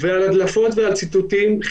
ועל הדלפות ועל ציטוטים,